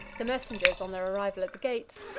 the messengers, on their arrival at the gates,